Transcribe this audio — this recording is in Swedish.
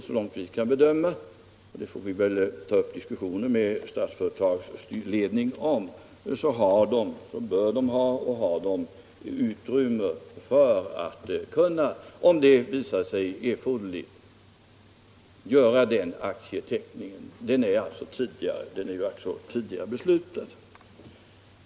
Så långt vi kan bedöma — och det får vi väl ta upp diskussioner med Statsföretags ledning om — bör Statsföretag ha utrymme för att kunna, om det visar sig erforderligt, göra den aktieteckningen. Den är alltså tidigare beslutad.